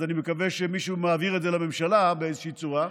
אז אני מקווה שמישהו מעביר את זה לממשלה באיזושהי צורה.